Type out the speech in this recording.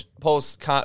post –